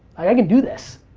i can do this.